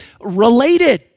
related